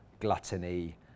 Gluttony